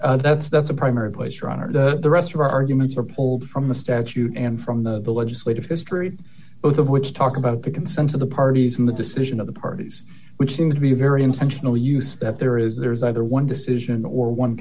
looking that's that's a primary place your honor the rest of our arguments are pulled from the statute and from the legislative history both of which talk about the consent of the parties in the decision of the parties which seem to be very intentional use that there is there is either one decision or one